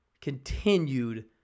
continued